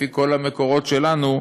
לפי כל המקורות שלנו,